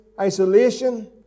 isolation